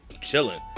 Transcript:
chilling